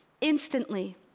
instantly